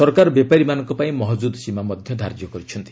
ସରକାର ବେପାରୀମାନଙ୍କ ପାଇଁ ମହଜୁଦ୍ ସୀମା ମଧ୍ୟ ଧାର୍ଯ୍ୟ କରିଛନ୍ତି